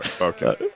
Okay